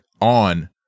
on